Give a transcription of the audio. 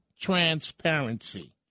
transparency